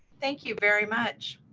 thank you very much.